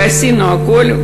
ועשינו הכול,